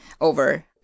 over